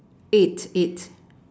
eight eight